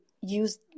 use